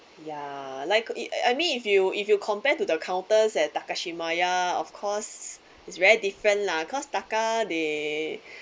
ya like if I mean if you if you compared to the counters at Takashimaya of course it's very different lah cause Taka the